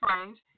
range